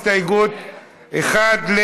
הסתייגות 1,